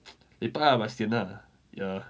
lepak ah but sian lah ya